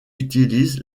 utilise